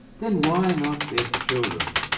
then why not deaf children?